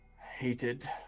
Hated